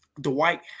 Dwight